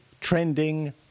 trending